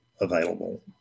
available